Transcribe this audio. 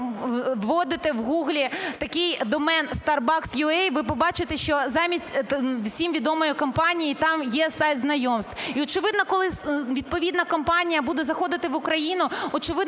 вводити в Google такий домен "starbucks.ua", ви побачите, що замість всім відомої компанії там є сайт знайомств. І, очевидно, коли відповідна компанія буде заходити в Україну, очевидно,